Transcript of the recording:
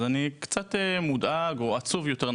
אז זה קצת מעציב ומדאיג אותי,